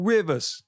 Rivers